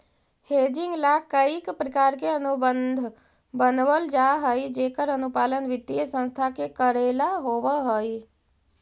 hedging ला कईक प्रकार के अनुबंध बनवल जा हई जेकर अनुपालन वित्तीय संस्था के कऽरेला होवऽ हई